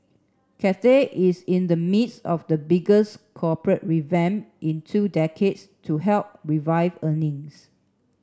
Cathay is in the midst of the biggest corporate revamp in two decades to help revive earnings